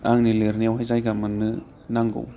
आंनि लिरनायावहाय जायगा मोननो नांगौ